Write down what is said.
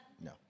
No